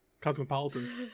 Cosmopolitans